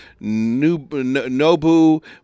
Nobu